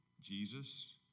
Jesus